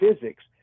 physics